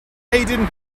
aden